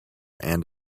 and